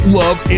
love